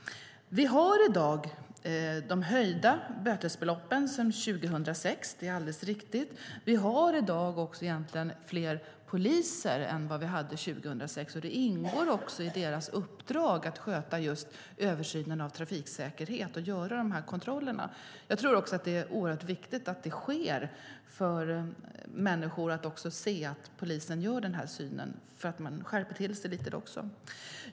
Vi har sedan 2006 höjda bötesbelopp. Det är riktigt. Vi har i dag också fler poliser än vad vi hade 2006, och det ingår i deras uppdrag att sköta översynen av trafiksäkerhet och göra dessa kontroller. Det är oerhört viktigt att det sker så att människor kan se att polisen gör denna översyn. Då skärper man till sig lite grann.